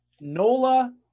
nola